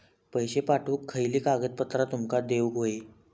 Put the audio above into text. पैशे पाठवुक खयली कागदपत्रा तुमका देऊक व्हयी?